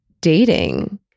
dating